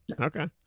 okay